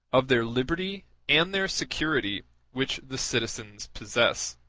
of their liberty and their security which the citizens possess.